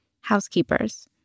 housekeepers